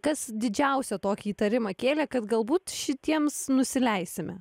kas didžiausią tokį įtarimą kėlė kad galbūt šitiems nusileisime